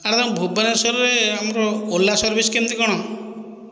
ଆରେ ଆମ ଭୁବନେଶ୍ୱରରେ ଆମର ଓଲା ସର୍ଭିସ କେମିତି କଣ